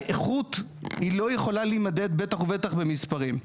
האיכות היא לא יכולה להימדד, בטח ובטח, במספרים.